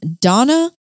Donna